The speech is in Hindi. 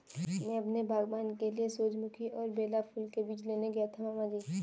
मैं अपने बागबान के लिए सूरजमुखी और बेला फूल के बीज लेने गया था मामा जी